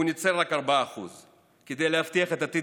הוא ניצל רק 4%. כדי להבטיח את עתיד